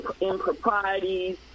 improprieties